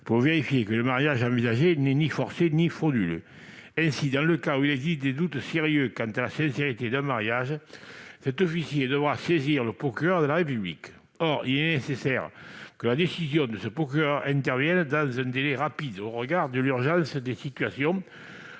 de vérifier que le mariage envisagé n'est ni forcé ni frauduleux. Dans les cas où il existe des doutes sérieux quant à la sincérité d'un mariage, cet officier doit saisir le procureur de la République. Il est nécessaire que la décision de ce dernier intervienne dans un délai rapide, au regard de l'urgence de la situation,